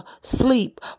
sleep